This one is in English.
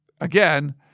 again